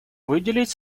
выделить